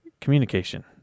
Communication